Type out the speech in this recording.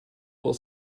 will